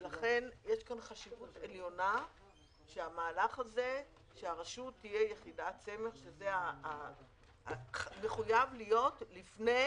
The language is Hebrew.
לכן יש כאן חשיבות עליונה שהרשות תהיה יחידת סמך וזה חייב להיות לפני